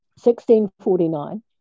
1649